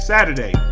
Saturday